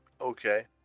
okay